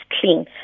clean